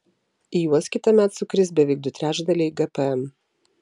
į juos kitąmet sukris beveik du trečdaliai gpm